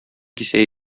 кисә